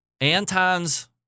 Anton's